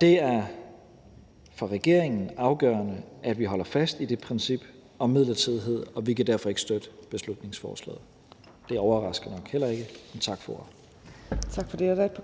Det er for regeringen afgørende, at vi holder fast i det princip om midlertidighed, og vi kan derfor ikke støtte beslutningsforslaget. Det overrasker nok heller ikke. Tak for ordet.